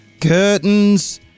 curtains